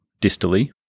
distally